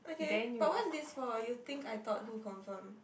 okay but what is for you think I thought who confirm